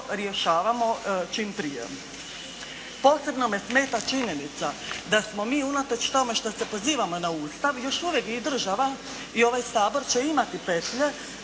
rješavamo čim prije. Posebno me smeta činjenica da smo mi unatoč tome što se pozivamo na Ustav još uvijek i država i ovaj Sabor će imati petlje